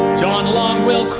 john long